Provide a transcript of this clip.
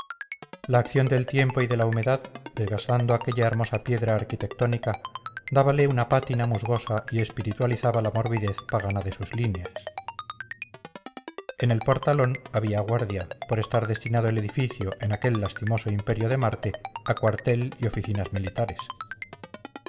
la acción del tiempo y de la humedad desgastando aquella hermosa pieza arquitectónica dábale una pátina musgosa y espiritualizaba la morbidez pagana de sus líneas en el portalón había guardia por estar destinado el edificio en aquel lastimoso imperio de marte a cuartel y oficinas militares